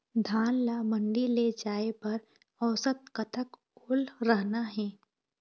धान ला मंडी ले जाय बर औसत कतक ओल रहना हे?